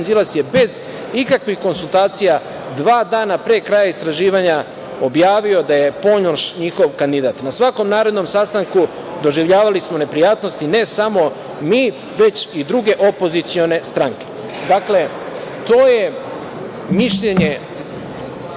Đilas je bez ikakvih konsultacija dva dana pre kraja istraživanja objavio da je Ponoš njihov kandidat. Na svakom narednom sastanku, doživljavali smo neprijatnosti, ne samo mi, već i druge opozicione stranke. Dakle, to je mišljenje